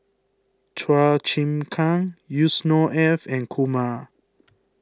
Chua Chim Kang Yusnor Ef and Kumar